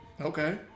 Okay